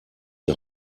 die